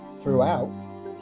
throughout